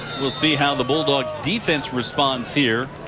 will see how the bulldogs defense response here.